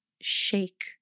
shake